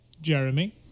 Jeremy